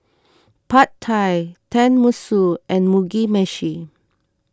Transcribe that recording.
Pad Thai Tenmusu and Mugi Meshi